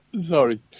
Sorry